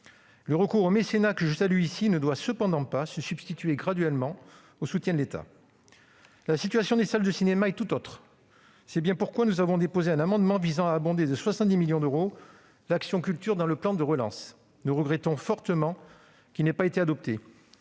Le recours au mécénat, que je salue ici, ne doit cependant pas se substituer graduellement au soutien de l'État. La situation des salles de cinéma est tout autre. C'est pourquoi nous avons déposé un amendement visant à abonder de 70 millions d'euros l'action Culture dans le plan de relance. Nous regrettons fortement qu'il n'ait pas été adopté.